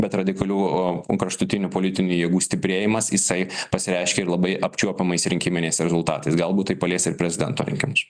bet radikalių kraštutinių politinių jėgų stiprėjimas jisai pasireiškė ir labai apčiuopiamais rinkiminiais rezultatais galbūt tai palies ir prezidento rinkimus